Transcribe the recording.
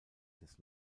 des